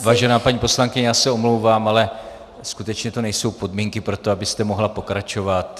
Vážená paní poslankyně, já se omlouvám, ale skutečně to nejsou podmínky pro to, abyste mohla pokračovat.